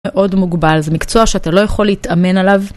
מאוד מוגבל זה מקצוע שאתה לא יכול להתאמן עליו.